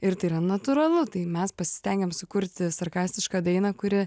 ir tai yra natūralu tai mes pasistengėm sukurti sarkastišką dainą kuri